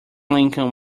lincoln